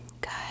Good